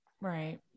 Right